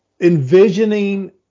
envisioning